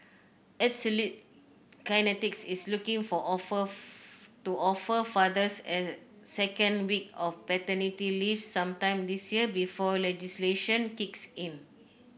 Absolute Kinetics is looking for offer of to offer fathers a second week of paternity leave sometime this year before legislation kicks in